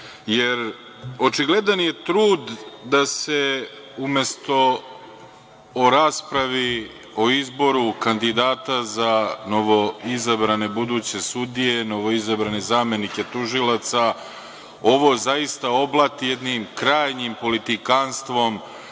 jer očigledan je trud da se, umesto o raspravi o izboru kandidata za novoizabrane buduće sudije, novoizabrane zamenike tužilaca, ovo zaista oblati jednim krajnjim politikanstvom,